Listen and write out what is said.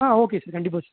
ஆ okay sir கண்டிப்பாக sir